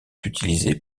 utilisés